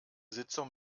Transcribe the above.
sitzung